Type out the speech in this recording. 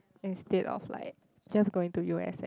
instead of like just going to U_S_A